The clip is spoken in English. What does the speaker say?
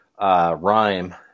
Rhyme